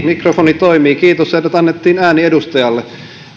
mikrofoni toimii kiitos että annettiin ääni edustajalle